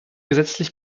gesetzlich